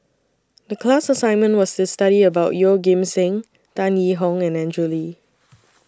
The class assignment was to study about Yeoh Ghim Seng Tan Yee Hong and Andrew Lee